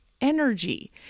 energy